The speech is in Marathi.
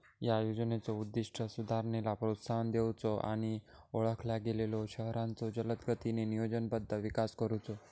या योजनेचो उद्दिष्ट सुधारणेला प्रोत्साहन देऊचो आणि ओळखल्या गेलेल्यो शहरांचो जलदगतीने नियोजनबद्ध विकास करुचो